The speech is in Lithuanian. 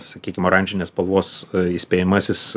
sakykim oranžinės spalvos įspėjamasis